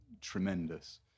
tremendous